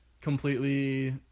completely